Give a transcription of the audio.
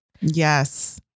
Yes